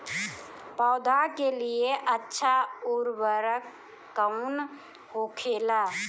पौधा के लिए अच्छा उर्वरक कउन होखेला?